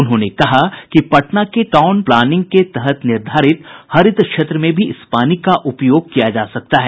उन्होंने कहा कि पटना के टाउन प्लानिंग के तहत निर्धारित हरित क्षेत्र में भी इस पानी का उपयोग किया जा सकता है